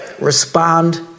Respond